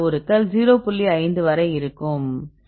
5 வரை இருக்கும்